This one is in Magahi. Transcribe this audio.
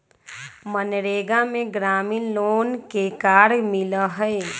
मनरेगा में ग्रामीण लोग के कार्य मिला हई